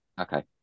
Okay